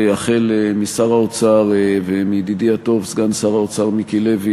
החל משר האוצר ומידידי הטוב סגן שר האוצר מיקי לוי,